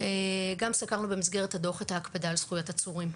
גם סקרנו במסגרת הדוח את ההקפדה על זכויות עצורים.